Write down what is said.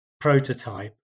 prototype